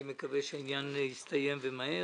אני מקווה שהעניין יסתיים ומהר.